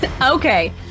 okay